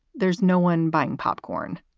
there's no one buying popcorn,